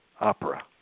opera